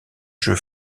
jeu